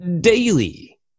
daily